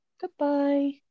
goodbye